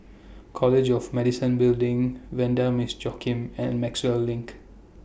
College of Medicine Building Vanda Miss Joaquim and Maxwell LINK